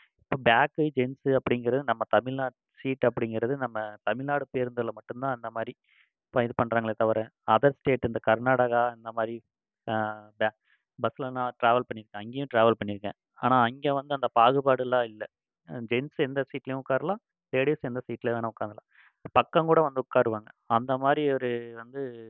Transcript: இப்போ back gents அப்படிங்கிறது நம்ம தமிழ்நாட் சீட் அப்படிங்கிறது நம்ம தமிழ்நாடு பேருந்தில் மட்டும்தான் அந்த மாதிரி இப்போ இது பண்ணுறாங்களே தவிர அதர் ஸ்டேட் இந்த கர்நாடகா இந்த மாதிரி ப பஸ்ஸில் நான் டிராவல் பண்ணியிருக்கேன் அங்கேயும் டிராவல் பண்ணியிருக்கேன் ஆனால் அங்கே வந்து அந்த பாகுபாடுலாம் இல்லை ஜென்ஸ் எந்த சீட்லையும் உட்கார்லாம் லேடிஸ் எந்த சீட்டில் வேணா உக்கார்ந்துக்குலாம் பக்கம் கூட வந்து உட்காருவாங்க அந்த மாதிரி ஒரு வந்து